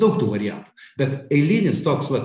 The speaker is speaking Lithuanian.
daug tų variantų bet eilinis toks vat